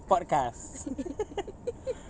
podcast